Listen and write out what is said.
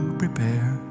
prepare